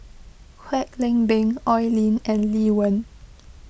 Kwek Leng Beng Oi Lin and Lee Wen